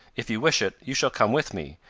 if you wish it, you shall come with me,